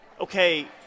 okay